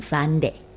Sunday